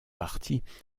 parties